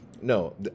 No